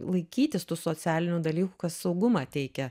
laikytis tų socialinių dalykų kas saugumą teikia